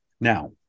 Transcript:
Now